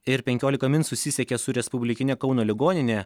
ir penkiolika min susisiekė su respublikine kauno ligonine